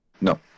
No